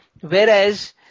Whereas